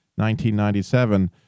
1997